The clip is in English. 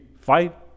fight